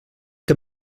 que